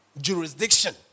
jurisdiction